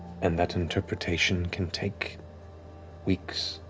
and that interpretation can take weeks.